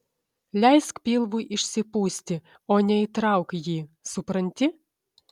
leisk pilvui išsipūsti o ne įtrauk jį supranti